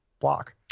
block